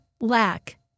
lack